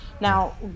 Now